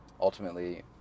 ultimately